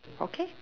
okay